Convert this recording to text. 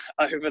over